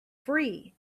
free